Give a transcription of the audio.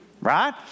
Right